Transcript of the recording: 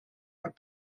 are